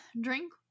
drink